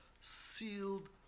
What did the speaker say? sealed